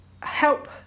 help